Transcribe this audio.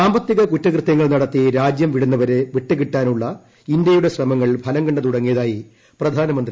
സാമ്പത്തിക കുറ്റകൃത്യങ്ങൾ നൂടത്തി രാജ്യം വിടുന്നവരെ വിട്ടുകിട്ടാനുള്ള ഇന്ത്യയുട്ട ്ശ്രമങ്ങൾ ഫലം കണ്ടു തുടങ്ങിയതായി പ്രധാന്മ്പ്രി നരേന്ദ്രമോദി